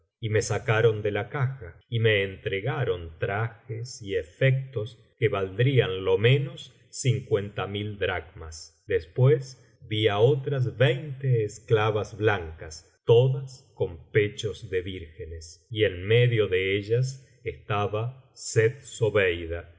y me sacaron de la caja y me entregaron trajes y efectos que valdrían lo menos cincuenta mil dracmas después vi á otras veinte esclavas blancas todas con pechos de vírgenes y en medio de ellas estaba